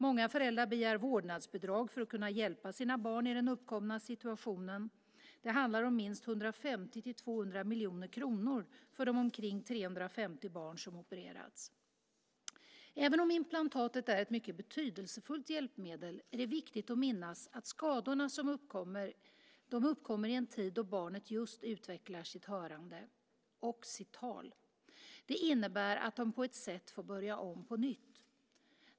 Många föräldrar begär vårdnadsbidrag för att kunna hjälpa sina barn i den uppkomna situationen. Det handlar om minst 150-200 miljoner kronor för de omkring 350 barn som opererats. Även om implantatet är ett mycket betydelsefullt hjälpmedel är det viktigt att minnas att skadorna som uppkommer kommer i en tid då barnet just utvecklar sitt hörande och sitt tal. Det innebär att de på ett sätt får börja om på nytt.